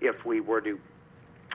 if we were to